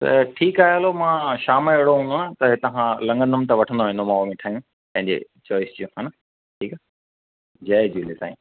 त ठीकु आहे हलो मां शाम जो अहिड़ो हूंदो न त हितां खां लघंदुमि त वठंदो वेंदोमांव मिठायूं पंहिंजे चॉइस जूं हा न ठीकु आहे जय झूले साईं